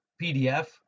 PDF